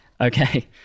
Okay